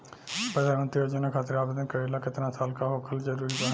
प्रधानमंत्री योजना खातिर आवेदन करे ला केतना साल क होखल जरूरी बा?